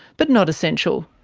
but not essential.